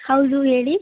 ಹೌದು ಹೇಳಿ